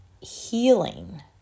healing